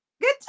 good